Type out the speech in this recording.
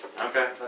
Okay